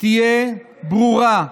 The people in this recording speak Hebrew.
תהיה ברורה: